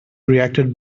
reacted